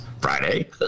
Friday